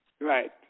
Right